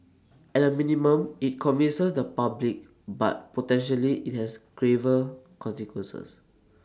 at A minimum IT inconveniences the public but potentially IT has graver consequences